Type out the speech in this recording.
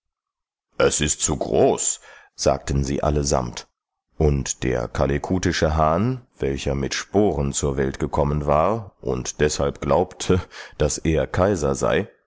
es ist zu groß sagten sie allesamt und der kalekutische hahn welcher mit sporen zur welt gekommen war und deshalb glaubte daß er kaiser sei